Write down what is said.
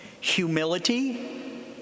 Humility